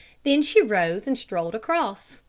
then she rose and strolled across.